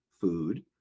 food